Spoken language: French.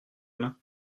mains